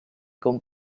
con